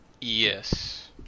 yes